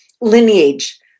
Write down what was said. lineage